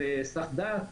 של היסח דעת,